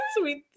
sweet